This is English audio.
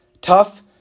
tough